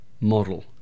model